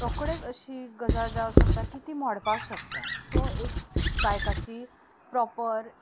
रोकडेच अशी गजाल जावं शकता की ती मोडपा शकता सो एक बायकाची प्रोपर